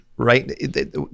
right